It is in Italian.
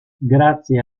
grazie